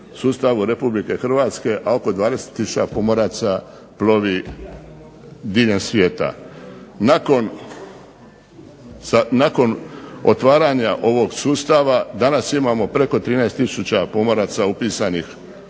sustavu Republike Hrvatske, a oko 20 tisuća pomoraca plovi diljem svijeta. Nakon otvaranja ovog sustava danas imamo preko 13 tisuća pomoraca upisanih